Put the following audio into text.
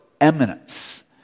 eminence